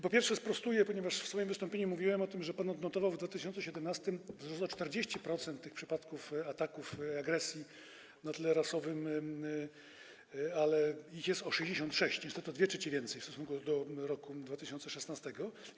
Po pierwsze, sprostuję, ponieważ w swoim wystąpieniu mówiłem o tym, że pan odnotował w 2017 r. wzrost o 40% liczby przypadków ataków agresji na tle rasowym, ale ich jest o 66%, czyli niestety o 2/3 więcej w stosunku do roku 2016.